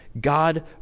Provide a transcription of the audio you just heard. God